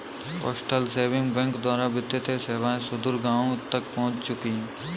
postal saving bank द्वारा वित्तीय सेवाएं सुदूर गाँवों तक पहुंच चुकी हैं